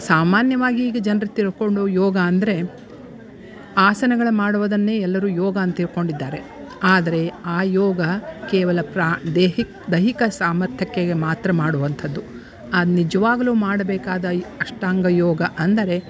ಸಾಮಾನ್ಯವಾಗಿ ಈಗ ಜನ್ರು ತಿಳ್ಕೊಂಡು ಯೋಗ ಅಂದರೆ ಆಸನಗಳ ಮಾಡುವುದನ್ನೇ ಎಲ್ಲರು ಯೋಗ ಅಂತ ತಿಳ್ಕೊಂಡಿದ್ದಾರೆ ಆದರೆ ಆ ಯೋಗ ಕೇವಲ ಪ್ರಾ ದೇಹಿಕ್ ದೈಹಿಕ ಸಾಮರ್ಥ್ಯಕ್ಕಾಗಿ ಮಾತ್ರ ಮಾಡುವಂಥದ್ದು ನಿಜ್ವಾಗಲು ಮಾಡಬೇಕಾದ ಈ ಅಷ್ಟಾಂಗ ಯೋಗ ಅಂದರೆ